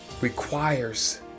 requires